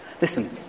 Listen